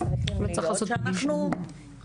צריך לדרוש דבר כזה.